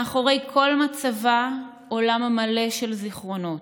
מאחורי כל מצבה עולם מלא של זיכרונות,